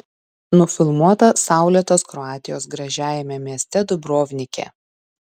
nufilmuota saulėtos kroatijos gražiajame mieste dubrovnike